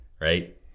Right